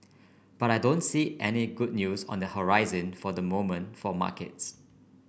but I don't see any good news on the horizon for the moment for markets